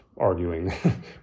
arguing